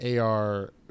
AR